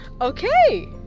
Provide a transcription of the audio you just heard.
Okay